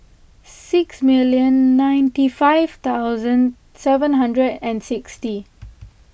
six million ninety five thousand seven hundred and sixty